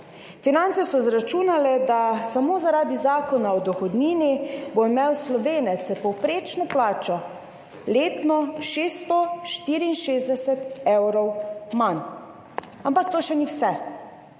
Finance so izračunale, da bo samo zaradi Zakona o dohodnini imel Slovenec s povprečno plačo letno 664 evrov manj. Ampak to še ni vse.